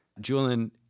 Julian